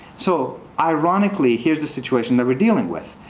so ironically, here's the situation that we're dealing with.